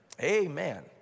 amen